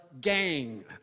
gang